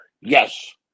yes